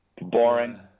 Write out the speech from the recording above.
boring